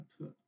put